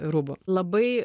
rūbų labai